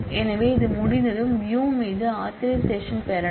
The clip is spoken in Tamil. எனவே இது முடிந்ததும் வியூ மீதும் ஆதரைசேஷன் பெறலாம்